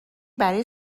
برای